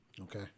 Okay